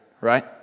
right